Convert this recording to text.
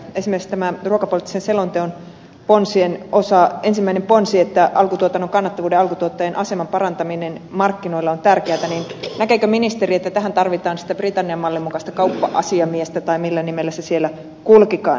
esimerkiksi tämä ruokapoliittisen selonteon ponsien osa ensimmäinen ponsi että alkutuotannon kannattavuuden ja alkutuottajien aseman parantaminen markkinoilla on tärkeätä näkeekö ministeri että tähän tarvitaan sitä britannian mallin mukaista kauppa asiamiestä tai millä nimellä se siellä kulkikaan